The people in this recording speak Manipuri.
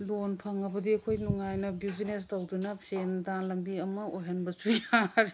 ꯂꯣꯟ ꯐꯪꯉꯕꯗꯤ ꯑꯩꯈꯣꯏ ꯅꯨꯡꯉꯥꯏꯅ ꯕ꯭ꯌꯨꯖꯤꯅꯦꯁ ꯇꯧꯗꯨꯅ ꯁꯦꯟꯗꯥꯟ ꯂꯝꯕꯤ ꯑꯃ ꯑꯣꯏꯍꯟꯕꯁꯨ ꯌꯥꯔꯦ